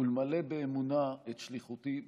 ולמלא באמונה את שליחותי בכנסת.